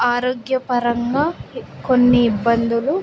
ఆరోగ్యపరంగా కొన్ని ఇబ్బందులు